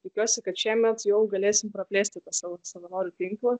tikiuosi kad šiemet jau galėsim praplėsti savo savanorių tinklą